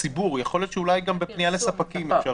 הצעתי בישיבה הקודמת שנהפוך את זה אבל